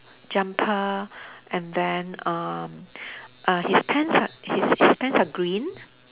jumper and then um uh his pants are his his pants are green